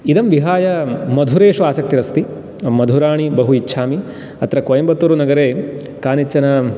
इदं विहाय मधुरेषु आसक्तिरस्ति मधुराणि बहु इच्छामि अत्र कोयम्बतूर्नगरे कानिचन